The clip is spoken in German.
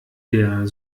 der